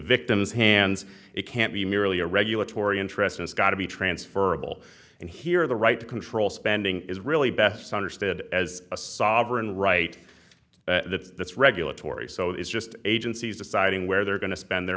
victim's hands it can't be merely a regulatory interest it's got to be transferable and here the right to control spending is really best understood as a sovereign right the regulatory so it's just agencies deciding where they're going to spend their